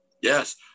Yes